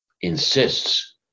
Insists